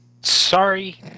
Sorry